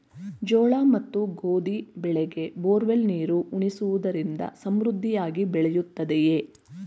ಜೋಳ ಮತ್ತು ಗೋಧಿ ಬೆಳೆಗೆ ಬೋರ್ವೆಲ್ ನೀರು ಉಣಿಸುವುದರಿಂದ ಸಮೃದ್ಧಿಯಾಗಿ ಬೆಳೆಯುತ್ತದೆಯೇ?